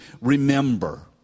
remember